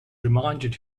reminded